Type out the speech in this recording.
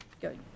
good